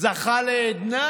זכה לעדנה: